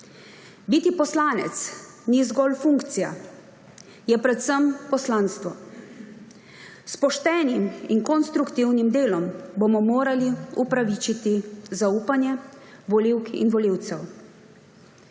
Biti poslanec ni zgolj funkcija, je predvsem poslanstvo. S poštenim in konstruktivnim delom bomo morali upravičiti zaupanje volivk in volivcev.